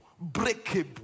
breakable